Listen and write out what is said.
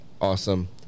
awesome